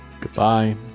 Goodbye